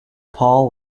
paul